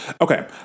Okay